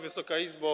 Wysoka Izbo!